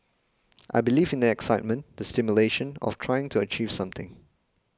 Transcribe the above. I believe in the excitement the stimulation of trying to achieve something